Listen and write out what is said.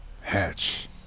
Hatch